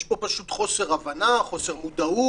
יש פה פשוט חוסר הבנה, חוסר מודעות.